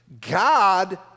God